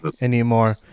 anymore